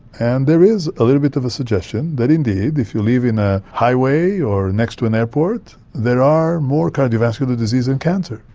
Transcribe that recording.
and there is a little bit of a suggestion that indeed if you live on a highway or next to an airport there are more cardiovascular disease and cancer.